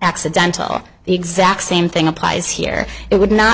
accidental the exact same thing applies here it would not